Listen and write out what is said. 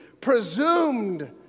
presumed